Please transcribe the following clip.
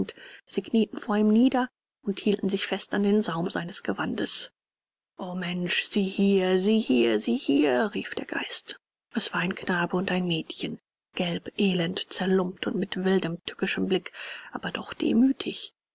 sie knieten vor ihm nieder und hielten sich fest an den saum seines gewandes o mensch sieh hier sieh hier sieh hier rief der geist es war ein knabe und ein mädchen gelb elend zerlumpt und mit wildem tückischem blick aber doch demütig